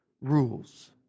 rules